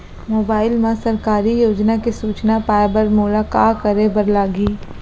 mobile मा सरकारी योजना के सूचना पाए बर मोला का करे बर लागही